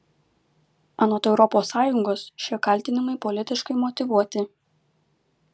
anot europos sąjungos šie kaltinimai politiškai motyvuoti